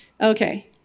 Okay